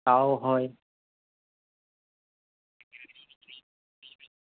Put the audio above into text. তাও হয়